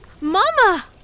Mama